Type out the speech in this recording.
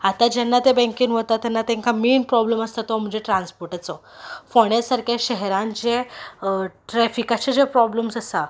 आतां जेन्ना ते बँकेन वता तेन्ना तांकां मेन प्रॉब्लेम आसता तो म्हणजे ट्रान्सपोर्टाचो फोंड्या सारक्या शहरान जे ट्रेफिकाचे जे प्रॉब्लेम्स आसा